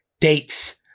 dates